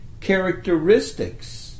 characteristics